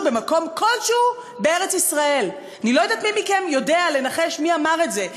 במקום כלשהו בארץ-ישראל" אני לא יודעת מי מכם יודע לנחש מי אמר את זה.